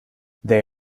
they